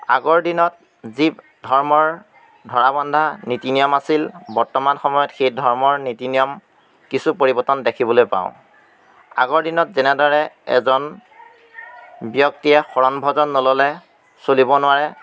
আগৰ দিনত যি ধৰ্মৰ ধৰা বন্ধা নীতি নিয়ম আছিল বৰ্তমান সময়ত সেই ধৰ্মৰ নীতি নিয়ম কিছু পৰিৱৰ্তন দেখিবলৈ পাওঁ আগৰ দিনত যেনেদৰে এজন ব্যক্তিয়ে শৰণ ভজন নল'লে চলিব নোৱাৰে